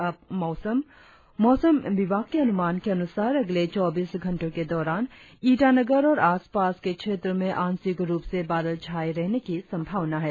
और अब मोसम मौसम विभाग के अनुमान के अनुसार अगले चौबीस घंटो के दौरान ईटानगर और आसपास के क्षेत्रो में आंशिक रुप से बादल छाये रहने की संभावना है